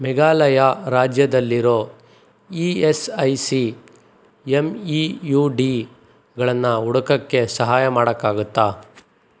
ಮೆಘಾಲಯ ರಾಜ್ಯದಲ್ಲಿರೋ E S I C M E U ಡಿಗಳನ್ನು ಹುಡುಕೋಕ್ಕೆ ಸಹಾಯ ಮಾಡೋಕ್ಕಾಗುತ್ತಾ